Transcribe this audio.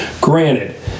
Granted